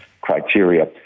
criteria